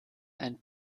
ein